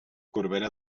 corbera